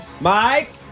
Mike